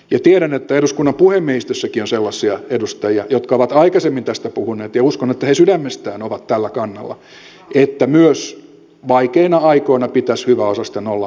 ja tiedän että eduskunnan puhemiehistössäkin on sellaisia edustajia jotka ovat aikaisemmin tästä puhuneet ja uskon että he sydämestään ovat tällä kannalla että myös vaikeina aikoina pitäisi hyväosaisten olla vahvemmin mukana